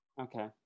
Okay